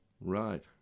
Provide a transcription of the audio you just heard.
Right